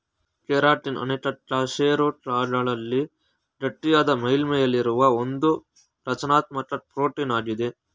keratin ಅನೇಕ ಕಶೇರುಕಗಳಲ್ಲಿನ ಗಟ್ಟಿಯಾದ ಮೇಲ್ಮೈಯಲ್ಲಿರುವ ಒಂದುರಚನಾತ್ಮಕ ಪ್ರೋಟೀನಾಗಿದೆ